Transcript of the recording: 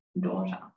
daughter